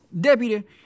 Deputy